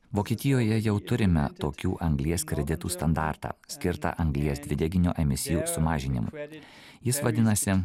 vokietijoje jau turime tokių anglies kreditų standartą skirtą anglies dvideginio emisijos sumažinimui ar jis vadinasi